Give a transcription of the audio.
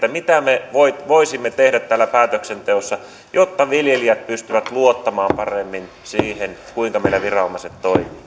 mitä me voisimme tehdä täällä päätöksenteossa jotta viljelijät pystyvät luottamaan paremmin siihen kuinka meidän viranomaiset toimivat